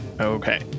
Okay